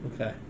Okay